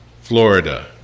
Florida